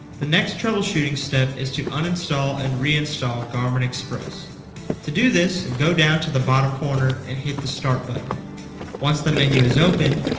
the next troubleshooting step is to uninstall and reinstall garmin express to do this, go down to the bottom corner and click the start button once the menu is open,